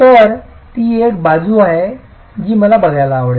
तर ती एक बाजू आहे जी मला बघायला आवडेल